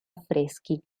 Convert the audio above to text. affreschi